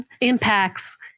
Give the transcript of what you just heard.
impacts